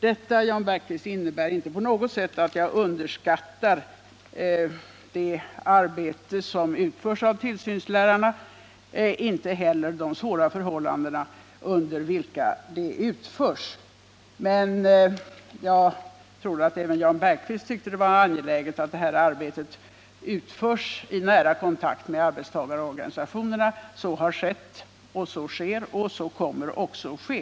Detta, Jan Bergqvist, innebär inte på något sätt att jag underskattar det arbete som utförs av tillsynslärarna, inte heller de svåra förhållanden under vilka det utförs. Men jag tror att även Jan Bergqvist tyckte det var angeläget att vi agerar i nära kontakt med arbetstagarorganisationerna. Så har skett. Så sker och så kommer också att ske.